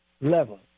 level